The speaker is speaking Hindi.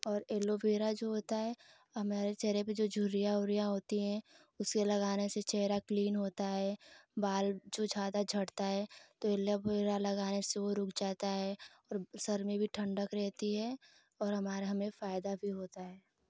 और एलोवेरा जो होता है हमारे चेहरे पर जो झुर्रियाँ वुर्रियाँ होती हैं उसे लगाने से चेहरा क्लीन होता है बाल जो ज़्यादा झड़ता है तो एलोवेरा लगाने से वह रुक जाता है और सिर में भी ठण्डक रहती है और हमारा हमें फ़ायदा भी होता है